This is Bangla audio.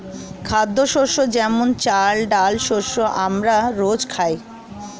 খাদ্যশস্য যেমন চাল, ডাল শস্য আমরা রোজ খাই